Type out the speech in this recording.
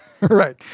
Right